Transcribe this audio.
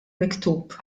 miktub